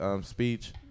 speech